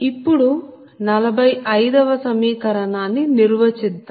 ఇప్పుడు 45 వ సమీకరణాన్ని నిర్వచిద్దాం